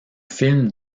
film